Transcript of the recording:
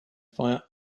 via